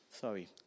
Sorry